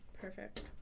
Perfect